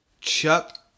Chuck